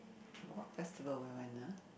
what festival will I know